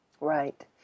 Right